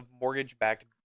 mortgage-backed